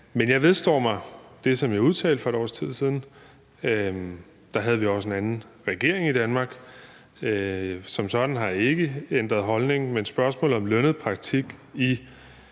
Men jeg vedstår mig det, som jeg udtalte for et års tid siden. Der havde vi også en anden regering i Danmark. Som sådan har jeg ikke ændret holdning, men spørgsmålet om lønnet praktik i